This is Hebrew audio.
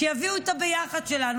שיביאו את הביחד שלנו,